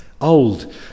old